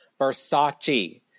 Versace